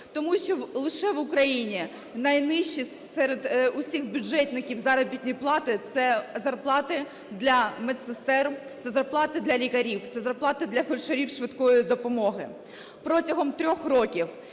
Тому що лише в Україні найнижчі серед всіх бюджетників заробітні плати – це зарплати для медсестер, це зарплати для лікарів, це зарплати для фельдшерів швидкої допомоги. Протягом 3 років